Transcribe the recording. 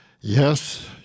yes